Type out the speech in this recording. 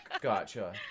gotcha